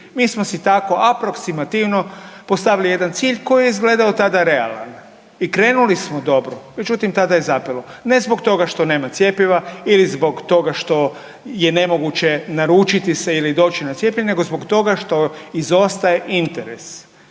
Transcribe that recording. Mi smo si tako aproksimativno postavili jedan cilj koji je izgledao tada realan i krenuli smo dobro. Međutim, tada je zapelo ne zbog toga što nema cjepiva ili zbog toga što je nemoguće naručiti se ili doći na cijepljenje, nego zbog toga što izostaje interes.